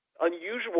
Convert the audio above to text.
unusual